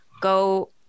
go